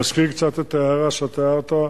מזכיר קצת את ההערה שאתה הערת,